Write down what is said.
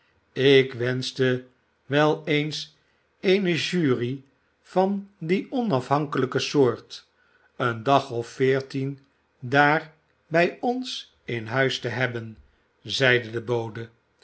ik wenschte wel eens eene jury van die onafhankelijke soort een dag of veertien daar bij ons in huis te hebben zeide de bode